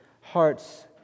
hearts